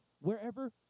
Wherever